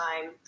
time